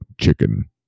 chicken